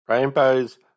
Rainbows